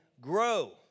Grow